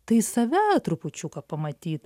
tai save trupučiuką pamatyt